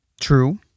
true